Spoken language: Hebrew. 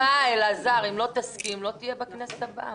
אלעזר, אם לא תסכים, לא תהיה בכנסת הבאה.